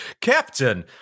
Captain